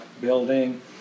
building